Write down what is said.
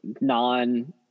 non